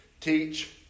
teach